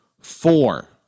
four